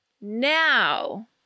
now